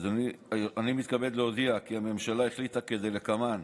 אני מתכבד להודיע כי הממשלה החליטה כדלקמן: